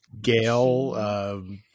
Gail